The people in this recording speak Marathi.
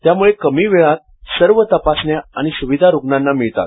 त्यामुळे कमी वेळात सर्व तपासण्या आणि सुविधा रुग्णांना मिळतात